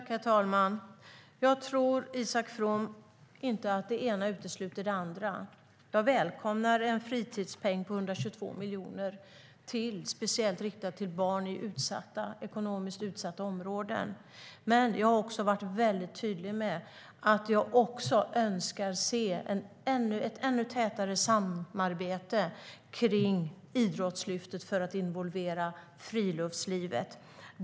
Herr talman! Jag tror inte att det ena utesluter det andra, Isak From. Jag välkomnar en fritidspeng på 122 miljoner speciellt riktad till barn i ekonomiskt utsatta områden. Men jag har också varit tydlig med att jag även önskar se ett ännu tätare samarbete kring Idrottslyftet för att involvera friluftslivet.